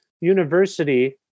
university-